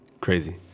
Crazy